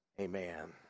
Amen